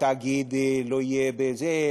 התאגיד לא יהיה בזה,